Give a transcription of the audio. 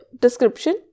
description